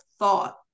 thought